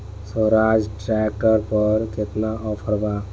सोहराज tractor पर केतना offer बा?